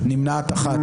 הצבעה לא אושרו.